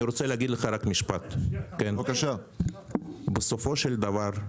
אני רוצה להגיד לך רק משפט: בסופו של דבר,